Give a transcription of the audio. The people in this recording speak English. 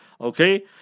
Okay